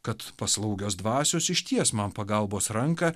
kad paslaugios dvasios išties man pagalbos ranką